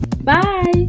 Bye